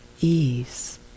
ease